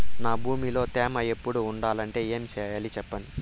నా భూమిలో తేమ ఎప్పుడు ఉండాలంటే ఏమి సెయ్యాలి చెప్పండి?